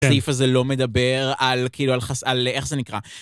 הסעיף הזה לא מדבר על כאילו, על חס, על איך זה נקרא.